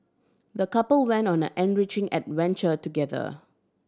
the couple went on an enriching adventure together